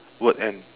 word and